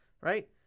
Right